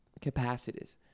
capacities